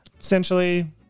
essentially